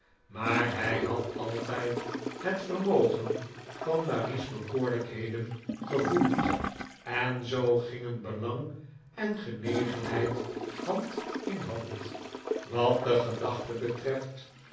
maar hij had altijd het vermogen van marie's bekoorlijkheden gevoeld en zoo gingen belang en genegenheid hand aan hand wat de